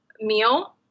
meal